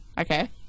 Okay